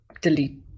delete